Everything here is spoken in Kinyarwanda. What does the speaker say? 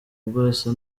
bwose